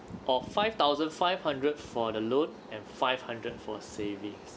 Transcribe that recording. or five thousand five hundred for the loan and five hundred for savings